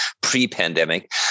pre-pandemic